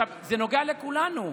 זה נוגע לכולנו.